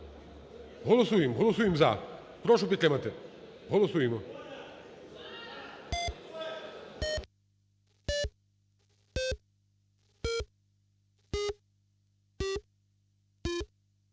Голосуємо, колеги. Прошу підтримати. Голосуємо